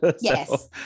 Yes